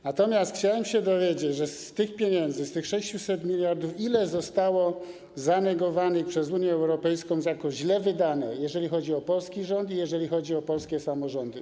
Natomiast chciałem się dowiedzieć, ile z tych pieniędzy, z tych 600 mld zł zostało zanegowanych przez Unię Europejską jako źle wydane, jeżeli chodzi o polski rząd i polskie samorządy.